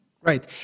Right